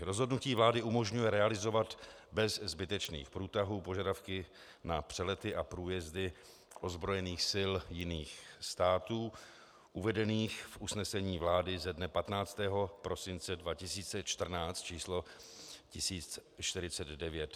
Rozhodnutí vlády umožňuje realizovat bez zbytečných průtahů požadavky na přelety a průjezdy ozbrojených sil jiných států uvedených v usnesení vlády ze dne 15. prosince 2014 č. 1049.